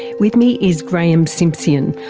with me is graeme simsion,